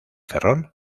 ferrol